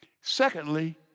Secondly